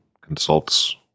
consults